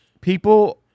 people